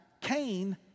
Cain